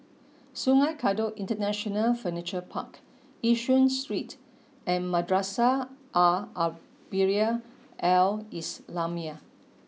Sungei Kadut International Furniture Park Yishun Street and Madrasah Ar Arabiah Al islamiah